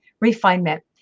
refinement